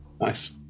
Nice